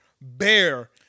bear